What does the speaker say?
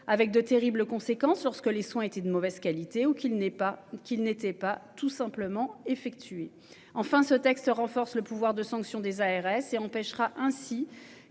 avec de terribles conséquences sur ce que les soins était de mauvaise qualité ou qu'il n'est pas qu'il n'était pas tout simplement effectué enfin ce texte renforce le pouvoir de sanction des ARS et empêchera ainsi